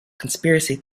conspiracy